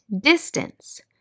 distance